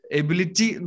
ability